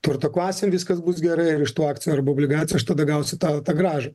turto klasėm viskas bus gerai ir iš tų akcijų arba obligacijų aš tada gausiu tą tą grąžą